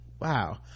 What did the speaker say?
wow